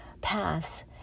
pass